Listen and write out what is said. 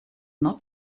not